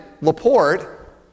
Laporte